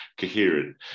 coherent